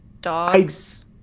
Dogs